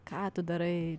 ką tu darai